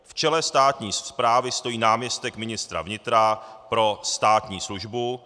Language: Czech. V čele státní správy stojí náměstek ministra vnitra pro státní službu.